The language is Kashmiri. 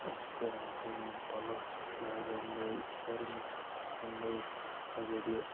أسۍ کَران کٲم پَلو چھِ أسۍ لاگان نٔے سۄرمہٕ چھِ لاگان نوٚو اَگر یہِ